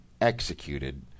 executed